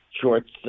Shorts